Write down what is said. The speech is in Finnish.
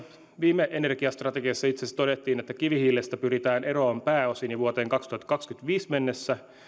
viime energiastrategiassa itse asiassa todettiin että kivihiilestä pyritään eroon pääosin jo vuoteen kaksituhattakaksikymmentäviisi mennessä